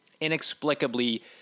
inexplicably